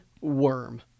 worm